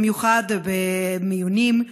במיוחד במיונים,